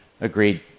agreed